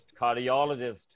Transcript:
cardiologist